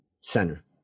center